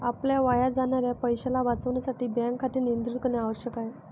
आपल्या वाया जाणाऱ्या पैशाला वाचविण्यासाठी बँक खाते नियंत्रित करणे आवश्यक आहे